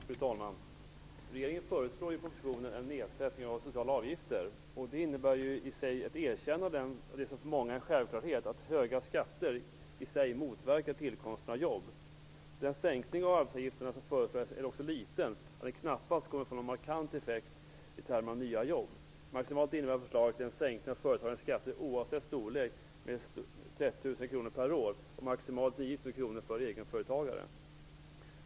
Fru talman! Regeringen föreslår i propositionen en nedsättning av sociala avgifter. Det innebär ju i sig ett erkännande av det som för många är en självklarhet, att höga skatter i sig motverkar tillkomsten av jobb. Den sänkning av arbetsgivaravgiften som föreslås är så liten att den knappast kommer att få någon markant effekt i termer av nya jobb. Maximalt innebär förslaget en sänkning av företagens skatter, oavsett storlek, med 30 000 kr per år och maximalt 9 000 kr för egenföretagare.